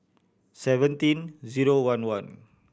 seventeen zero one one